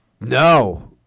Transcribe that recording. No